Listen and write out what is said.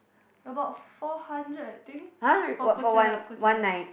about four hundred I think for Coachella Coachella